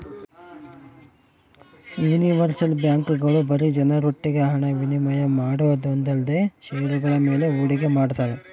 universal ಬ್ಯಾಂಕ್ಗಳು ಬರೀ ಜನರೊಟ್ಟಿಗೆ ಹಣ ವಿನಿಮಯ ಮಾಡೋದೊಂದೇಲ್ದೆ ಷೇರುಗಳ ಮೇಲೆ ಹೂಡಿಕೆ ಮಾಡ್ತಾವೆ